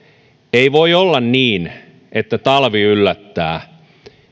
ei voi olla niin että talvi yllättää